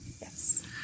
yes